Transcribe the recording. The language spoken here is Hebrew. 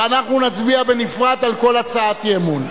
ואנחנו נצביע בנפרד על כל הצעת אי-אמון.